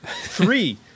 Three